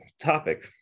topic